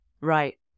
Right